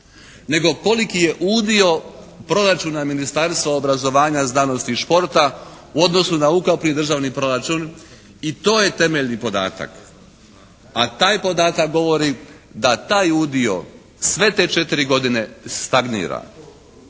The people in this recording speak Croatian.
nego koliki je udio proračuna Ministarstva obrazovanja, znanosti i športa u odnosu na ukupni državni proračun i to je temeljni podatak, a taj podatak govori da taj udio sve te četiri godine stagnira.